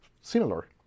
similar